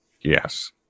Yes